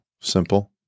simple